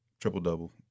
triple-double